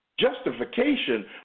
Justification